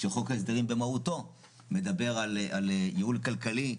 שחוק ההסדרים במהותו מדבר על ניהול כלכלי.